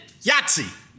Yahtzee